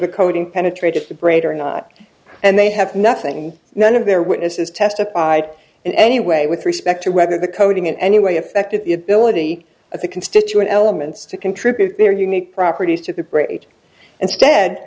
the coating penetrated the brain or not and they have nothing and none of their witnesses testified in any way with respect to whether the coding in any way affected the ability of the constituent elements to contribute their unique properties to the bridge instead